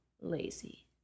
Lazy